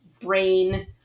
brain